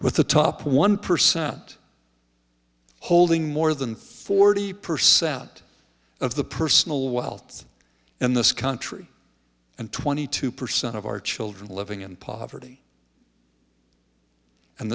with the top one percent holding more than forty percent of the personal wealth in this country and twenty two percent of our children living in poverty and